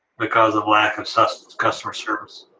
because of lack of so customer service.